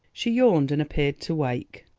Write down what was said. she yawned and appeared to wake.